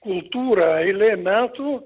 kultūrą eilė metų